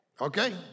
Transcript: Okay